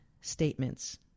statements